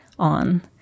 on